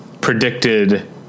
predicted